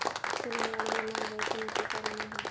चलनवाढ हे महागाईचे मुख्य कारण आहे